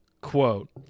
quote